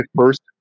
first